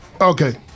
Okay